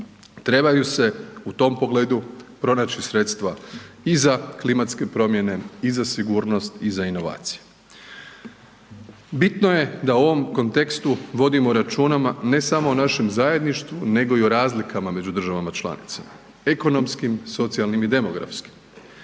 Trebaju se u tom pogledu pronaći sredstva i za klimatske promjene i za sigurnosti i za inovacije. Bitno je da u ovom kontekstu vodimo računa ne samo o našem zajedništvo, nego i o razlikama među državama članicama, ekonomskih, socijalnim i demografskim.